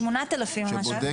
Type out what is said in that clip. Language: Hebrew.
8,000 או משהו...